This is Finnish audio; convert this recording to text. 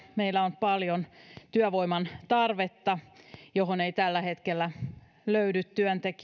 meillä on paljon työvoiman tarvetta erityisesti palvelusektorilla jolle ei tällä hetkellä löydy työntekijöitä sitten